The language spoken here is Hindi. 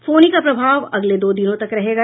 फोनी का प्रभाव अगले दो दिनों तक रहेगा